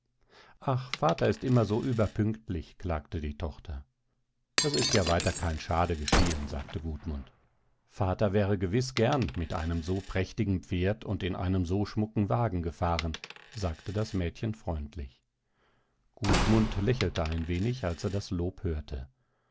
ach vater ist immer so überpünktlich klagte die tochter es ist ja weiter kein schade geschehen sagte gudmund vater wäre gewiß gern mit einem so prächtigen pferd und in einem so schmucken wagen gefahren sagte das mädchen freundlich gudmund lächelte ein wenig als er das lob hörte